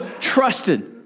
trusted